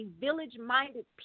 village-minded